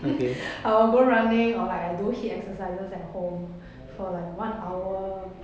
I will go running or like I do H_I_I_T exercises at home for like one hour